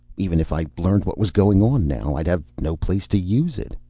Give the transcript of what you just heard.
even if i learned what was going on now, i'd have no place to use it.